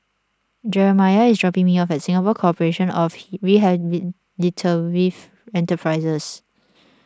Jeremiah is dropping me off at Singapore Corporation of Rehabilitative Enterprises